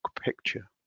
picture